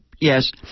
yes